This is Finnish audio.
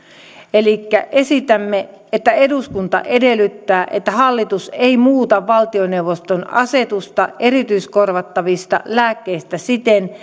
esitämme eduskunta edellyttää että hallitus ei muuta valtioneuvoston asetusta erityiskorvattavista lääkkeistä siten